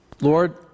Lord